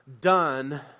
done